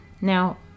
Now